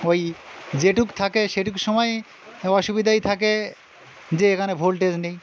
ওই যেটুকু থাকে সেটুকু সময় অসুবিধাই থাকে যে এখানে ভোল্টেজ নেই